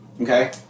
Okay